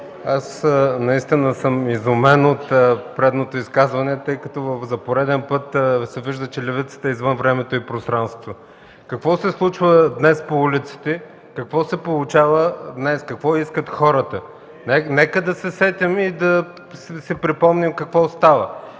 аз наистина съм изумен от предното изказване, тъй като за пореден път се вижда, че левицата е извън времето и пространството. Какво се случва днес по улиците, какво се получава днес, какво искат хората? Нека се сетим и да си припомним какво става.